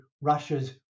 Russia's